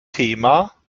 thema